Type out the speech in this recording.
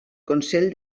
consell